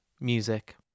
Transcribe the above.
music